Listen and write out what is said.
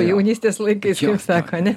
jaunystės laikais sako ne